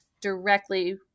directly